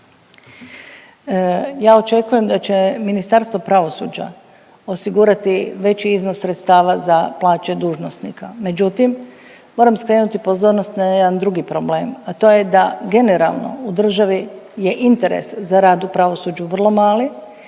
Ja očekujem da će Ministarstvo pravosuđa osigurati veći iznos sredstava za plaće dužnosnika. Međutim moram skrenuti pozornost na jedan drugi problem, a to je da generalno u državi je interes za rad u pravosuđu vrlo mali